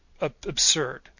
absurd